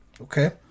Okay